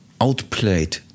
outplayed